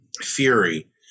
Fury